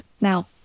Now